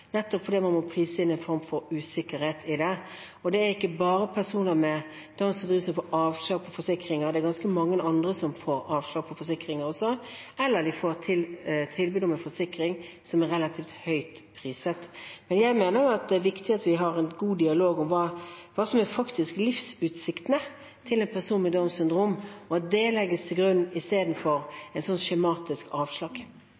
nettopp fordi man må prise inn en form for usikkerhet i det. Det er ikke bare personer med Downs syndrom som får avslag på forsikringer. Det er ganske mange andre som også får avslag på forsikringer eller tilbud om en forsikring som er relativt høyt priset. Jeg mener det er viktig at vi har en god dialog om hva som faktisk er livsutsiktene til en person med Downs syndrom, og at det legges til grunn